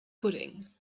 pudding